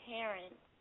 Parents